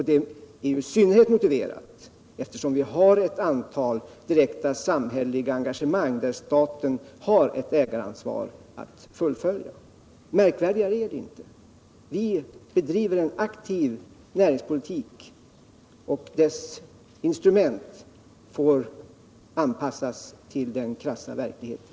Det är i synnerhet motiverat eftersom vi har ett antal direkta samhälleliga engagemang, där staten har ett ägaransvar att fullfölja. Märkvärdigare är det inte. Vi bedriver en aktiv näringspolitik och dess instrument får anpassas till den krassa verkligheten.